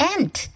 Ant